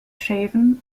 shaven